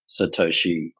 Satoshi